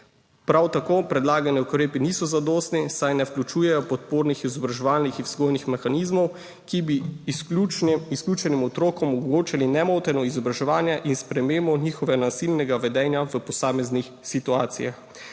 Prav tako predlagani ukrepi niso zadostni, saj ne vključujejo podpornih izobraževalnih in vzgojnih mehanizmov, ki bi izključenim otrokom omogočili nemoteno izobraževanje in spremembo njihovega nasilnega vedenja v posameznih situacijah.